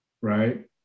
right